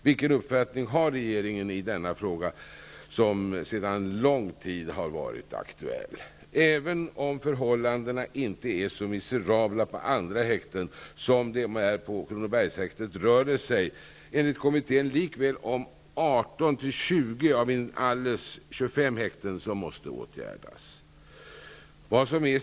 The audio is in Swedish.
Vilken uppfattning har regeringen i denna fråga, som har varit aktuell sedan en lång tid tillbaka? Även om förhållandena inte är så miserabla på andra häkten som de är på Kronobergshäktet, rör det sig, enligt kommittén, likväl om 18--20 av inalles 25 häkten som måste åtgärdas.